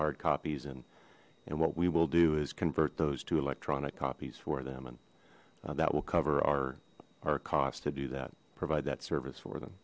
hard copies and and what we will do is convert those to electronic copies for them and that will cover our our cost to do that provide that service for them